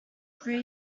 three